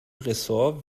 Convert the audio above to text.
ressort